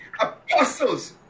apostles